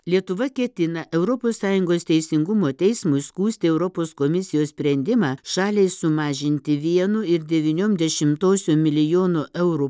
lietuva ketina europos sąjungos teisingumo teismui skųsti europos komisijos sprendimą šaliai sumažinti vienu ir devyniom dešimtosiom milijono eurų